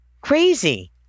crazy